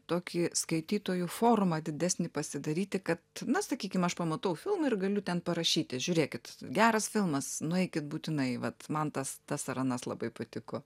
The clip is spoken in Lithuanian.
tokį skaitytojų forumą didesnį pasidaryti kad na sakykim aš pamatau filmą ir galiu ten parašyti žiūrėkit geras filmas nueikit būtinai vat man tas tas ar anas labai patiko